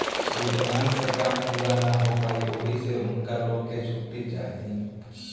विकलांक से काम पूरा ना हो पाई ओहि से उनका लो के छुट्टी चाही